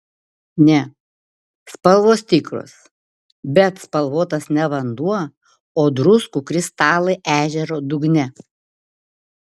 ne spalvos tikros bet spalvotas ne vanduo o druskų kristalai ežero dugne